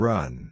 Run